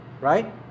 right